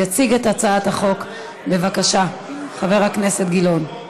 יציג את הצעת החוק, בבקשה, חבר הכנסת גילאון.